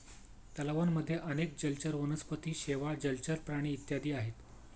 तलावांमध्ये अनेक जलचर वनस्पती, शेवाळ, जलचर प्राणी इत्यादी आहेत